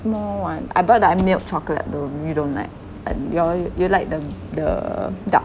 small one I bought their uh milk chocolate though you don't like uh your you like the the dark